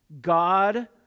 God